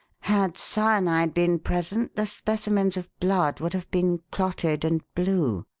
had cyanide been present, the specimens of blood would have been clotted and blue.